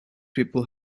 people